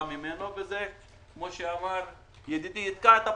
ממנו וכפי שאמר ידידי זה יתקע את הפרויקט,